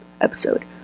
episode